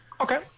Okay